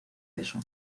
peso